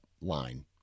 line